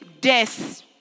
death